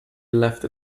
left